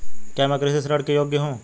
क्या मैं कृषि ऋण के योग्य हूँ?